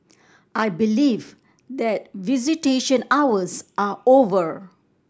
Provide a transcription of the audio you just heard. I believe that visitation hours are over